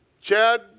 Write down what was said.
Chad